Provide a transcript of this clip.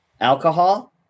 Alcohol